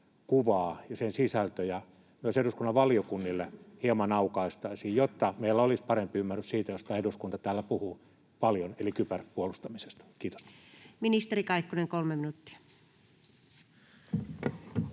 ja sen sisältöjä myös eduskunnan valiokunnille hieman aukaistaisiin, jotta meillä olisi parempi ymmärrys siitä, mistä eduskunta täällä puhuu paljon, eli kyberpuolustamisesta? — Kiitos. Ministeri Kaikkonen, 3 minuuttia.